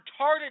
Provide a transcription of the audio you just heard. retarded